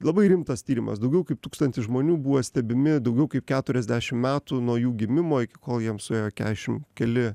labai rimtas tyrimas daugiau kaip tūkstantis žmonių buvo stebimi daugiau kaip keturiasdešim metų nuo jų gimimo iki kol jiems suėjo keturiasdešimt keli